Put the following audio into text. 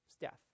death